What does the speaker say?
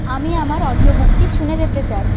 আমি আমার অডিওবুকটি শুনে যেতে চাই